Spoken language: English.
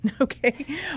Okay